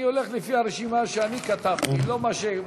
אני הולך לפי הרשימה שאני כתבתי, לא מה שמדפיסים.